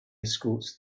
escorts